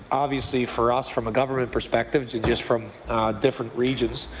obviously for us from a government perspective just from different regions,